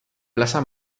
plaza